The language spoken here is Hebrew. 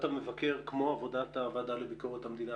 שעולה שוב ושוב בוועדת הכספים ובוועדות האחרות הוא נושא החינוך המיוחד,